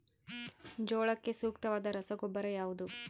ಜೋಳಕ್ಕೆ ಸೂಕ್ತವಾದ ರಸಗೊಬ್ಬರ ಯಾವುದು?